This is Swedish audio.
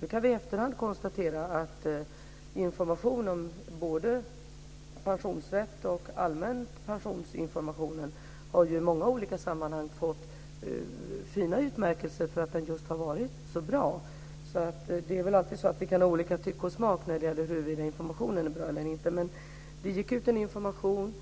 Vi kan i efterhand konstatera att information om både pensionsrätt och allmän pensionsinformation i många olika sammanhang har fått fina utmärkelser för att den har varit så bra. Vi kan alltid ha olika tycke och smak när det gäller huruvida informationen är bra eller inte, men det gick ut en information.